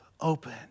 open